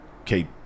okay